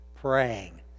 praying